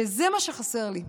וזה מה שחסר לי.